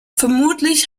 vermutlich